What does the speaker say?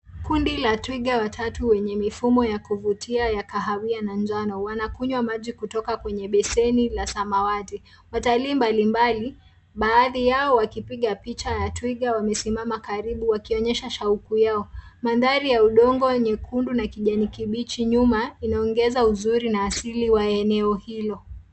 Kundi la twiga watatu wenye mifumo ya kuvutia ya kahawia na njano, wanakunywa maji kutoka kwenye beseni la samawati. Watalii mbalimbali, baadhi yao wakipiga picha ya twiga, baadhi yao wamesimama karibu wakionyesha shauku yao. Mandhari ya udongo nyekundu na kijani kibichi nyuma, inaongeza uzuri na asili wa eneo hilo.